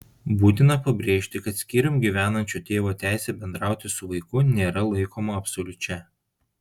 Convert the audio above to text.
būtina pabrėžti kad skyrium gyvenančio tėvo teisė bendrauti su vaiku nėra laikoma absoliučia